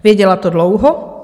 Věděla to dlouho.